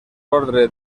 ordre